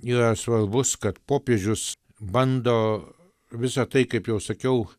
yra svarbus kad popiežius bando visą tai kaip jau sakiau